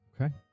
Okay